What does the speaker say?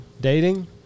Dating